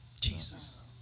Jesus